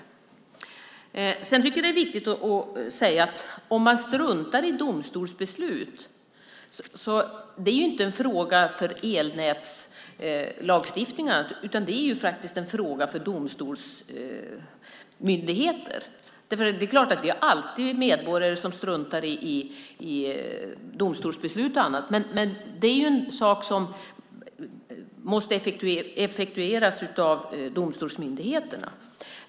Sedan tycker jag att det är viktigt att säga att om man struntar i domstolsbeslut är det inte en fråga för elnätslagstiftningen. Det är faktiskt en fråga för domstolsmyndigheter. Vi har alltid medborgare som struntar i domstolsbeslut och annat, men det är en sak som måste effektueras av domstolsmyndigheterna.